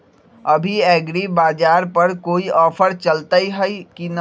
अभी एग्रीबाजार पर कोई ऑफर चलतई हई की न?